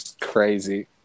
crazy